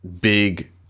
big